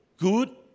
good